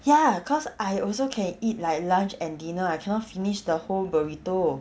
ya cause I also can eat like lunch and dinner I cannot finish the whole burrito